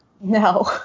No